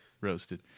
Roasted